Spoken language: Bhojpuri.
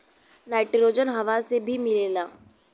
नाइट्रोजन हवा से भी मिलेला